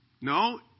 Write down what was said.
No